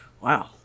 Wow